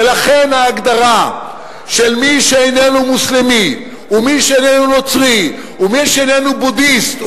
ולכן ההגדרה שמי שאיננו מוסלמי ומי שאיננו נוצרי ומי שאיננו בודהיסט,